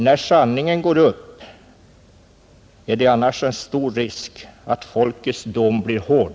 När sanningen går upp för alla är det annars en stor risk att folkets dom blir hård,